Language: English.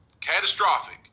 catastrophic